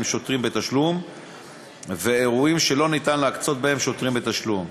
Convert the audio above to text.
שוטרים בתשלום ואירועים שלא ניתן להקצות להם שוטרים בתשלום,